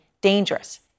dangerous